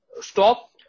Stop